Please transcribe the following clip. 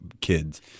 kids